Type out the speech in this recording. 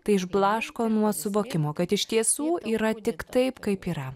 tai išblaško nuo suvokimo kad iš tiesų yra tik taip kaip yra